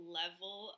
level